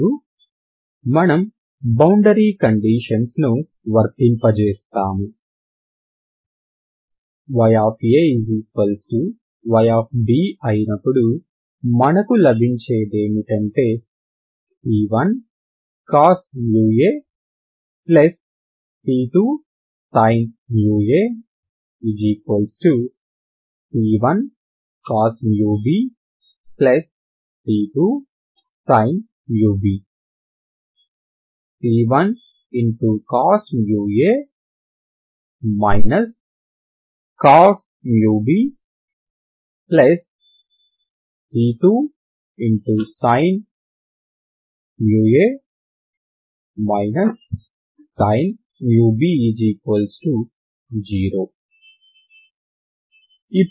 ఇప్పుడు మనం boundary conditions ను వర్తింపజేస్తాము i yayb అయినపుడు మనకు లభించేదేమిటంటే c1cos ac2sin μ a c1cos bc2sin μ b c1cos a cos bc2sin a sin b0